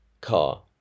car